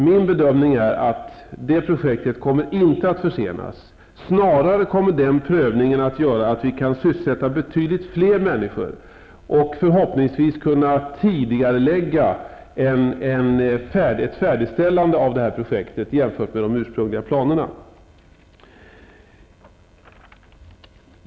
Min bedömning är att projektet inte kommer att försenas. Snarare kommer prövningen att innebära att betydligt fler människor kan sysselsättas och förhoppningsvis att färdigställandet av projektet kan tidigareläggas jämfört med det ursprungliga planerna.